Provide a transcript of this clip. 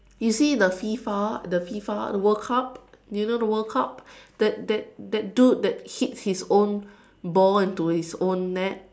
you see the FIFA the FIFA the world cup do you know the world cup that that that dude that hits his own ball into his own net